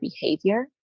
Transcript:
behavior